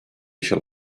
shall